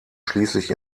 schließlich